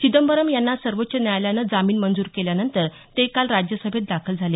चिदंबरम यांना सर्वोच्च न्यायालयानं जामीन मंजूर केल्यानंतर ते काल राज्यसभेत दाखल झाले